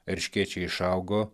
erškėčiai išaugo